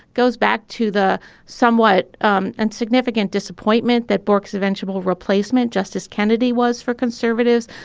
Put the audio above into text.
goes back to the somewhat um and significant disappointment that bork's eventual replacement, justice kennedy, was for conservatives,